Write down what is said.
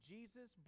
Jesus